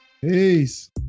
peace